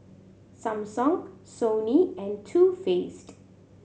Samsung Sony and Too Faced